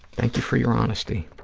thank you for your honesty.